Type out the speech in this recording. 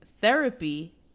Therapy